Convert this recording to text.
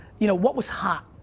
you know what was hot?